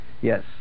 Yes